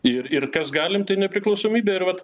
ir ir kas galim tai nepriklausomybė ir vat